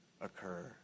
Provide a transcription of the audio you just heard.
occur